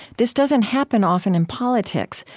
this doesn't happen often in politics,